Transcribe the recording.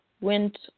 went